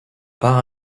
par